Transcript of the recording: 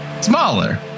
smaller